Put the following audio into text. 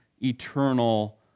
eternal